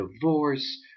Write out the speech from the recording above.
divorce